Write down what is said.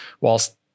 whilst